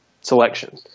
selection